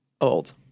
old